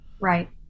Right